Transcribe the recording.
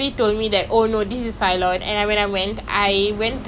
I've been to both wait but I'm not sure if I've been to the cylon